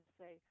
say